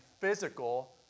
physical